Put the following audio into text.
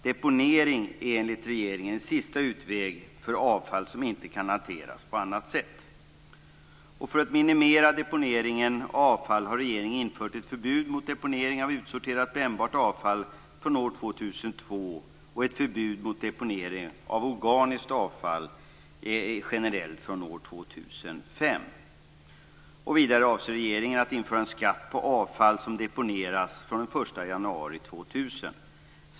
Deponering är enligt regeringen en sista utväg för avfall som inte kan hanteras på annat sätt. För att minimera deponeringen av avfall har regeringen infört ett förbud mot deponering av utsorterat brännbart avfall från år 2002 och ett förbud mot deponering av organiskt avfall generellt från år 2005. Vidare avser regeringen att införa en skatt på avfall som deponeras från den 1 januari 2000.